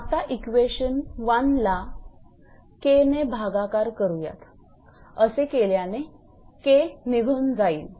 आता इक्वेशन 1ला 𝐾 ने भागाकार करूयात असे केल्याने 𝐾 निघून जाईल